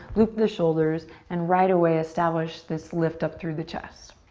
loop the shoulders and right away establish this lift up through the chest.